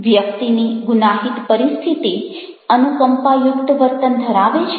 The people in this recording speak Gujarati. વ્યક્તિની ગુનાહિત પરિસ્થિતિ અનુકંપાયુક્ત વર્તન ધરાવે છે